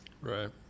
Right